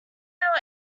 male